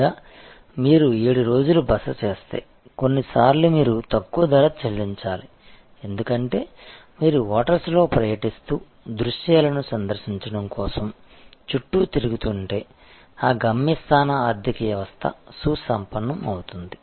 లేదా మీరు 7 రోజులు బస చేస్తే కొన్నిసార్లు మీరు తక్కువ ధర చెల్లించాలి ఎందుకంటే మీరు హోటల్స్లో పర్యటిస్తూ దృశ్యాలను సందర్శించడం కోసం చుట్టూ తిరుగుతుంటే ఆ గమ్యస్థాన ఆర్థిక వ్యవస్థ సుసంపన్నం అవుతుంది